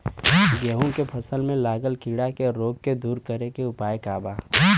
गेहूँ के फसल में लागल कीड़ा के रोग के दूर करे के उपाय का बा?